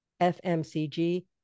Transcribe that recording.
FMCG